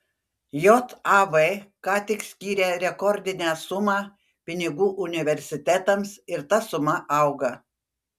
jav ką tik skyrė rekordinę sumą pinigų universitetams ir ta suma auga